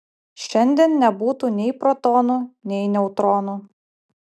šiandien nebūtų nei protonų nei neutronų